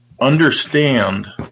understand